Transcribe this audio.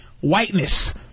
whiteness